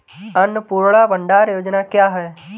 अन्नपूर्णा भंडार योजना क्या है?